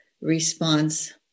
response